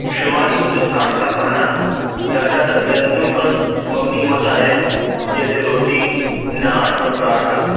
شمالی ہندوستان کا کھانا زیادہ تر گندم پر مبنی ہوتا ہے جیسے روٹی نان اور پراٹھا